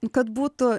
nu kad būtų